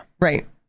Right